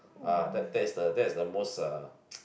ah that that is the that is the most uh